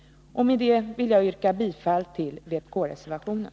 Med det yrkar jag bifall till vpk-reservationen.